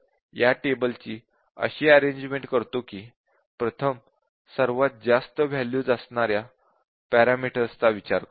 आपण या टेबल ची अशी अरेन्ज्मन्ट करतो की आपण प्रथम सर्वात जास्त वॅल्यूज घेणाऱ्या पॅरामीटरचा विचार करतो